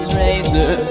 razor